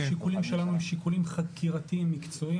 השיקולים שלנו הם שיקולים חקירתיים מקצועיים,